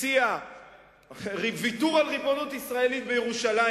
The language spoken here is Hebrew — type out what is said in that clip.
הציע ויתור על ריבונות ישראלית בירושלים,